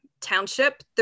Township